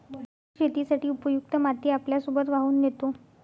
पूर शेतीसाठी उपयुक्त माती आपल्यासोबत वाहून नेतो